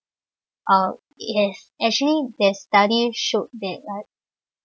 uh it has actually there's study showed that like